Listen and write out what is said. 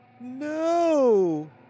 no